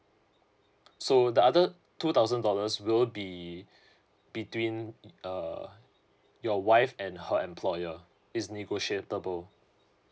so the other two thousand dollars will be between uh your wife and her employer it's negotiable